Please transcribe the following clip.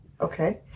Okay